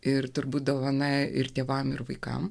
ir turbūt dovana ir tėvams ir vaikams